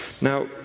now